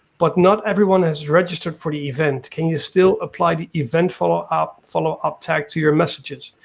but not everybody has registered for the event. can you still apply the event follow-up follow-up tag to your messages.